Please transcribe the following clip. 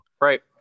Right